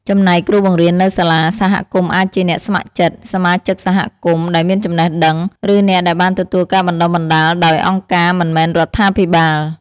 ចំណែកគ្រូបង្រៀននៅសាលាសហគមន៍អាចជាអ្នកស្ម័គ្រចិត្ត សមាជិកសហគមន៍ដែលមានចំណេះដឹង ឬអ្នកដែលបានទទួលការបណ្តុះបណ្តាលដោយអង្គការមិនមែនរដ្ឋាភិបាល។